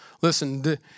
Listen